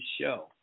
show